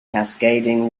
cascading